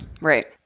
Right